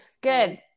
Good